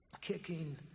Kicking